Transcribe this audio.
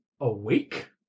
awake